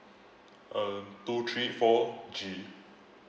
um two three four G